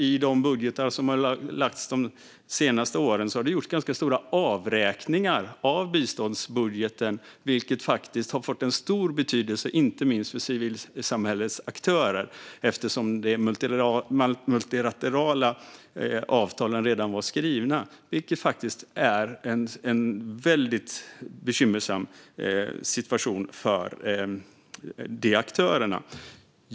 I de budgetar som har lagts fram de senaste åren har det gjorts ganska stora avräkningar av biståndsbudgeten, vilket har fått stor betydelse inte minst för civilsamhällets aktörer eftersom de multilaterala avtalen redan var skrivna. Det är faktiskt en väldigt bekymmersam situation för dessa aktörer.